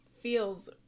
feels